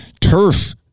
turf